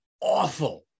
awful